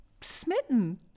smitten